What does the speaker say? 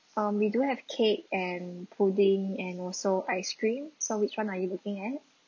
um we do have cake and pudding and also ice cream so which one are you looking at